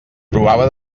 provava